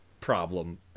problem